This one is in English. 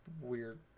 weird